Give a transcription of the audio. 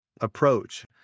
approach